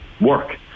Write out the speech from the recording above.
work